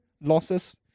losses